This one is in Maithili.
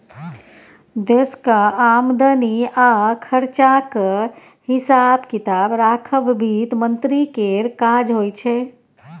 देशक आमदनी आ खरचाक हिसाब किताब राखब बित्त मंत्री केर काज होइ छै